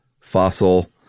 Fossil